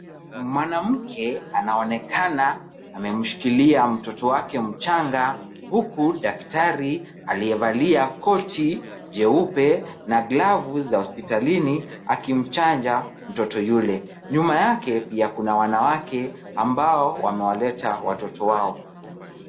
Mwanamke anaonekana amemshikilia mtoto wake mchanga huku daktari aliyevalia koti njeupe na glavu za hospitalini akimchanja mtoto yule. Nyuma yake pia kuna wanawake ambao wamewaleta watoto wao.